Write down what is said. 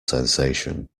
sensation